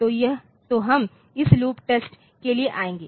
तो हम इस लूप टेस्ट के लिए आएंगे